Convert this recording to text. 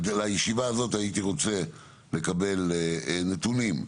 לישיבה הזאת הייתי רוצה לקבל נתונים,